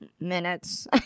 minutes